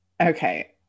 Okay